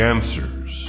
Answers